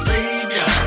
Savior